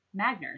Magner's